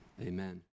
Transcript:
Amen